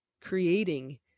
creating